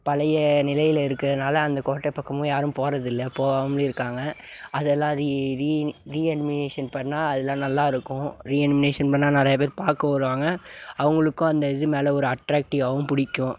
பழைய நிலையில் இருக்கிறதுனால அந்த கோட்டை பக்கமும் யாரும் போறதில்லை போவாமலே இருக்காங்க அதெல்லாம் ரீ எனிமினேஷன் பண்ணால் அதலாம் நல்லாயிருக்கும் ரீ எனிமினேஷன் பண்ணால் நிறைய பேர் பார்க்க வருவாங்க அவங்களுக்கும் அந்த இது மேலே ஒரு அட்ராக்டிவாகவும் பிடிக்கும்